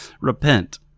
repent